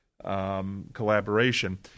collaboration